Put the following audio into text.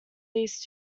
these